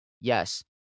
yes